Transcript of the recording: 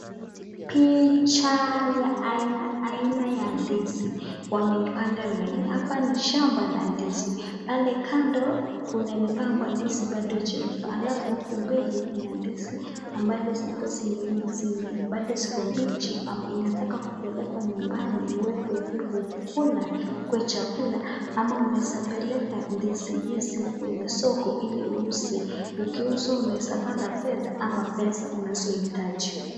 Picha ya aina aina ya ndizi wameipanga laini. Hapa ni shamba la ndizi. Pale kando kuna imepangwa ndizi bado haijaiva. Alafu huku mbele kuna ndizi ambalo ziko zimeiva bado ziko mbichi ama inataka kupelekwa nyumbani iwekwe ili kukula iwe chakula ama unaweza peleka ndizi hizi kwenye soko ili uuze. Ukiuza unaweza pata fedha ama pesa unazohitaji.